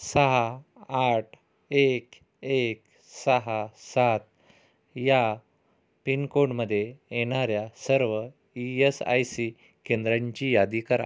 सहा आठ एक एक सहा सात या पिन कोडमध्ये येणाऱ्या सर्व ई यस आय सी केंद्रांची यादी करा